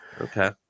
Okay